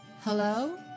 Hello